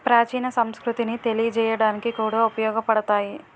ప్రాచీన సంస్కృతిని తెలియజేయడానికి కూడా ఉపయోగపడతాయి